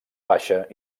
baixa